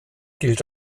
gilt